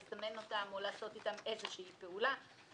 לסמן או לעשות איתם פעולה כלשהי.